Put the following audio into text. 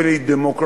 אבל היא דמוקרטית,